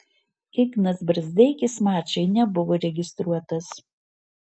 ignas brazdeikis mačui nebuvo registruotas